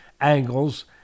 angles